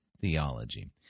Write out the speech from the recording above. theology